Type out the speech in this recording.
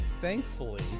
Thankfully